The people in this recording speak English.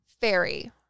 fairy